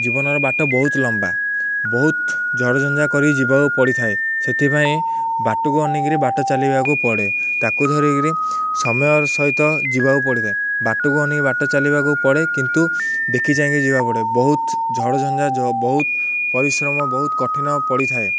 ଜୀବନର ବାଟ ବହୁତ ଲମ୍ବା ବହୁତ ଝଡ଼ ଝଞ୍ଜା କରି ଯିବାକୁ ପଡ଼ିଥାଏ ସେଥିପାଇଁ ବାଟକୁ ଅନାଇକିରି ବାଟ ଚାଲିବାକୁ ପଡ଼େ ତା'କୁ ଧରିକିରି ସମୟ ସହିତ ଯିବାକୁ ପଡ଼ିଥାଏ ବାଟକୁ ଅନାଇକି ବାଟ ଚାଲିବାକୁ ପଡ଼େ କିନ୍ତୁ ଦେଖି ଚାହିଁକି ଯିବାକୁ ପଡ଼େ ବହୁତ ଝଡ଼ ଝଞ୍ଜା ବହୁତ ପରିଶ୍ରମ ବହୁତ କଠିନ ପଡ଼ିଥାଏ